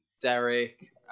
Derek